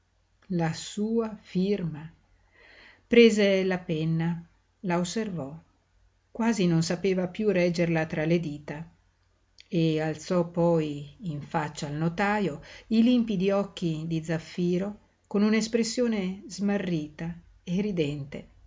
la sua firma prese la penna la osservò quasi non sapeva piú reggerla tra le dita e alzò poi in faccia al notajo i limpidi occhi di zaffiro con un'espressione smarrita e ridente